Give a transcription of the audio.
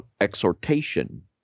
exhortation